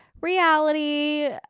Reality